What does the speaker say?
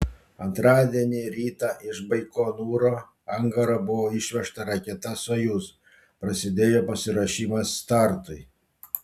antradienį rytą iš baikonūro angaro buvo išvežta raketa sojuz prasidėjo pasiruošimas startui